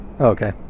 Okay